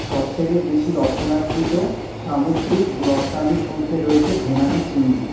সবথেকে বেশি রপ্তনাকৃত সামুদ্রিক রপ্তানির মধ্যে রয়েছে ভেনামি চিংড়ি